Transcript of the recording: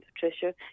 Patricia